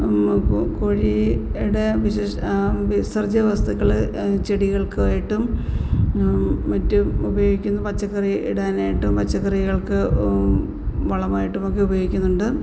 കോഴിയുടെ വിസർജ്യ വസ്തുക്കൾ ചെടികൾക്കായിട്ടും മറ്റും ഉപയോഗിക്കുന്നു പച്ചക്കറി ഇടാനായിട്ടും പച്ചക്കറികൾക്ക് വളമായിട്ടുമൊക്കെ ഉപയോഗിക്കുന്നുണ്ട്